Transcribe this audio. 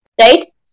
right